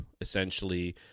essentially